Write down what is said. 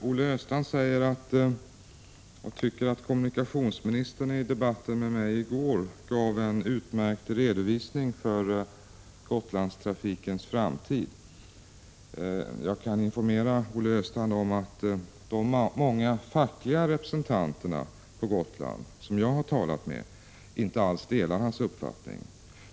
Herr talman! Olle Östrand tycker att kommunikationsministern i debatten med mig i går gjorde en utmärkt redovisning av Gotlandstrafikens framtid. Jag kan informera Olle Östrand om att de många fackliga representanter på Gotland som jag har talat med inte alls delar hans uppfattning.